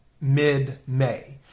mid-May